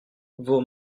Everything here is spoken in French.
vos